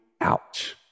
out